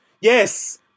Yes